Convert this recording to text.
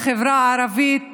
בחברה הערבית